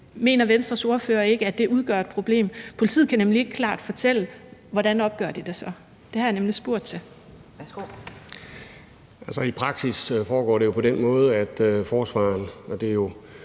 Mener Venstres ordfører ikke, at det udgør et problem? Politiet kan nemlig ikke klart fortælle, hvordan de så opgør det. Det har jeg nemlig spurgt til. Kl. 12:30 Anden næstformand (Pia